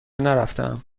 نرفتهام